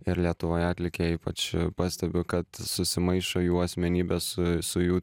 ir lietuvoje atlikėjai ypač pastebiu kad susimaišo jų asmenybė su su jų